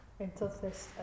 Entonces